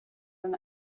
than